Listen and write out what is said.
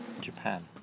Japan